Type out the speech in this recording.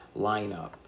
lineup